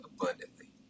abundantly